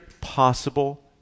possible